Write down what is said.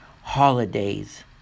holidays